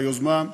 על היוזמה,